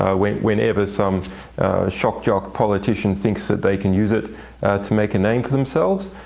ah when whenever some shock jock politician thinks that they can use it to make a name for themselves?